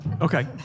Okay